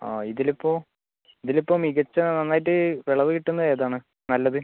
ആ ഇതിലിപ്പോൾ ഇതിൽ ഇപ്പോൾ മികച്ച നന്നായിട്ട് വിളവ് കിട്ടുന്ന ഏതാണ് നല്ലത്